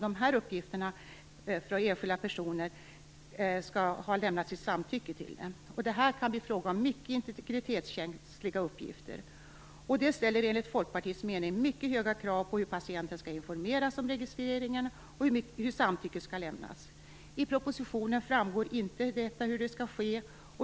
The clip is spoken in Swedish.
De uppgifterna skall de enskilda personerna ha lämnat samtycke till. Det kan bli fråga om mycket integritetskänsliga uppgifter. Det ställer enligt Folkpartiets mening mycket höga krav på hur patienten skall informeras om registreringen och hur samtycke skall lämnas. I propositionen framgår inte hur det skall ske.